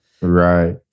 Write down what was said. Right